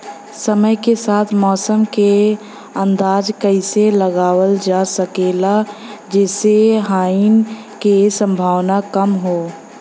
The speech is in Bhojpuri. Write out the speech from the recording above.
समय के साथ मौसम क अंदाजा कइसे लगावल जा सकेला जेसे हानि के सम्भावना कम हो?